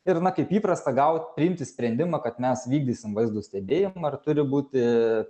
ir na kaip įprasta gau priimti sprendimą kad mes vykdysim vaizdo stebėjimą ir turi būti